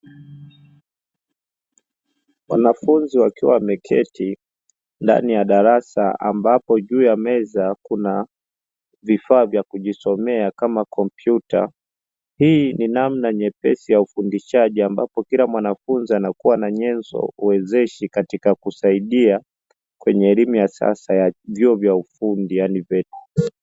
Wanafunzi wakiwa wameketi ndani ya darasa, ambapo juu ya meza kuna vifaa vya kujisomea kama kompyuta, hii ni namna nyepesi ya ufundishaji ambapo kila mwanafunzi anakuwa na nyenzo uwezeshi katika kusaidia kwenye elimu ya sasa ya vyuo vya ufundi yaani veta.